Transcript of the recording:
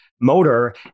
motor